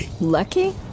Lucky